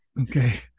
Okay